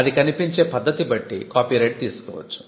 అది కనిపించే పద్ధతి బట్టి కాపీరైట్ తీసుకోవచ్చు